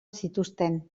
zituzten